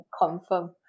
confirm